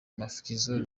mafikizolo